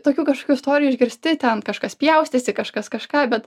tokių kažkokių istorijų išgirsti ten kažkas pjaustėsi kažkas kažką bet